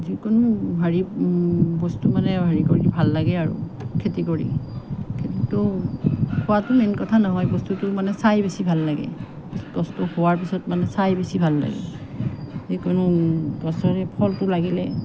যিকোনো হেৰি বস্তু মানে হেৰি কৰি ভাল লাগে আৰু খেতি কৰি খোৱাটো মেইন কথা নহয় বস্তুটো মানে চাই বেছি ভাল লাগে বস্তু হোৱাৰ পিছত মানে চাই বেছি ভাল লাগে যিকোনো গছৰে ফলটো লাগিলে